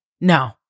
no